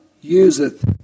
useth